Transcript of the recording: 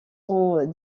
son